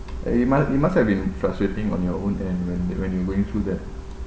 and you must you must have been frustrating on your own and when when you're going through that